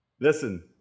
Listen